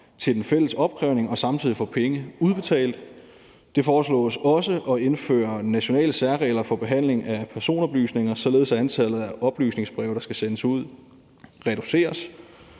til den fælles opkrævning og samtidig få penge udbetalt. Det foreslås også at indføre nationale særregler for behandlingen af personoplysninger, således at antallet af oplysningsbreve, der skal sendes ud, reduceres.